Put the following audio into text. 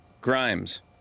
Grimes